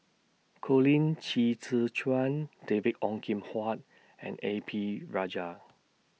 Colin Qi Zhe Quan David Ong Kim Huat and A P Rajah